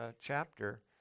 chapter